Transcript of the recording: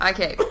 Okay